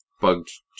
Bugged